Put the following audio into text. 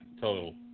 total